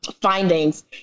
findings